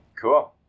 Cool